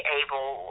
able